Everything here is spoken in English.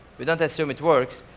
we don't assume it works.